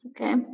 Okay